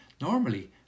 Normally